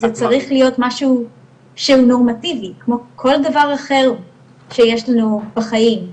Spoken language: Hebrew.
זה צריך להיות משהו שהוא נורמטיבי כמו כל דבר אחר שיש לנו בחיים.